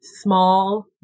small